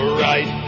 right